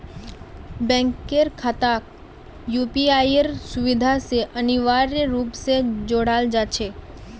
बैंकेर खाताक यूपीआईर सुविधा स अनिवार्य रूप स जोडाल जा छेक